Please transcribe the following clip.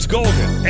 Golden